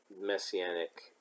messianic